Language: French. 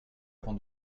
avant